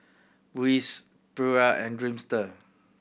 Breeze Pura and Dreamster